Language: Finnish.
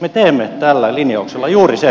me teemme tällä linjauksella juuri sen